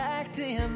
acting